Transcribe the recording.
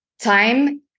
time